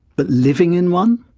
but living in one?